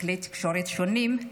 בכלי התקשורת השונים,